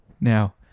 now